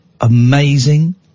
amazing